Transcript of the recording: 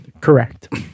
Correct